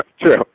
True